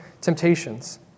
temptations